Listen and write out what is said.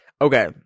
okay